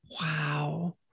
wow